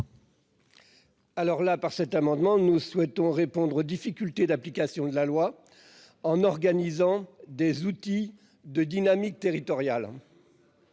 Labbé. Par cet amendement, nous souhaitons répondre aux difficultés d'application de la loi, en nous dotant d'outils de dynamique territoriale.